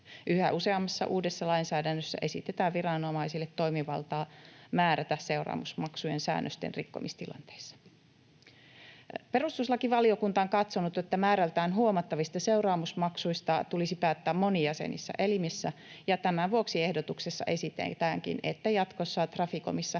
Yhä useammassa uudessa lainsäädännössä esitetään viranomaisille toimivaltaa määrätä seuraamusmaksuja säännösten rikkomistilanteissa. Perustuslakivaliokunta on katsonut, että määrältään huomattavista seuraamusmaksuista tulisi päättää monijäsenisissä elimissä, ja tämän vuoksi ehdotuksessa esitetäänkin, että jatkossa Traficomissa